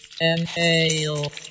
Inhale